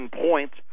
points